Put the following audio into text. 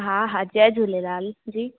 हा हा जय झूलेलाल जी